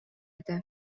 этэ